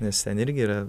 nes ten irgi yra